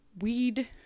Weed